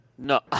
No